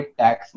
tax